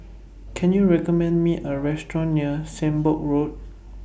Can YOU recommend Me A Restaurant near Sembong Road